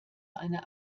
einer